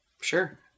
sure